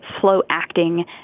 slow-acting